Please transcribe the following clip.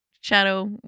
shadow